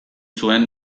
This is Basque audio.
zuen